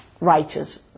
righteous